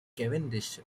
cavendish